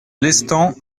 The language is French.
lestang